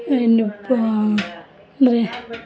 ನೆನ್ಪು ಅಂದರೆ